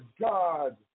God